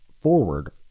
forward